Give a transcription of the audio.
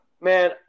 Man